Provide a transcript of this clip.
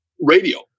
Radio